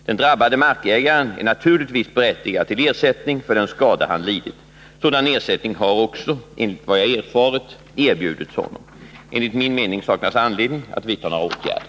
Den drabbade markägaren är naturligtvis berättigad till ersättning för den skada han lidit. Sådan ersättning har också, enligt vad jag erfarit, erbjudits honom. Enligt min mening saknas anledning att vidta några åtgärder.